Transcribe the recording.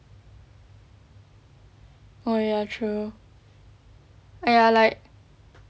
oh ya true !aiya! like